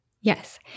Yes